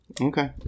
Okay